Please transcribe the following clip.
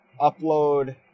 upload